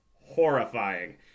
horrifying